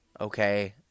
okay